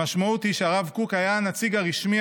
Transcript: המשמעות היא שהרב קוק היה הנציג הרשמי